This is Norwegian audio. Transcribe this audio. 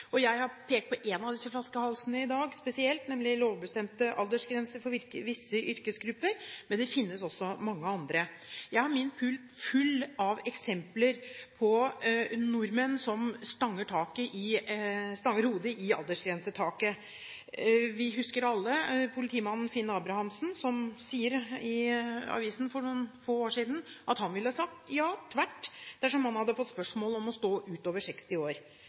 Jeg har pekt spesielt på én av disse flaskehalsene i dag, nemlig lovbestemt aldersgrense for visse yrkesgrupper, men det finnes også mange andre. Jeg har min pult full av eksempler på nordmenn som stanger hodet i aldersgrensetaket. Vi husker alle politimannen Finn Abrahamsen, som sa i avisen for noen få år siden at han ville ha sagt ja tvert dersom han hadde fått spørsmål om å stå i jobb utover 60 år.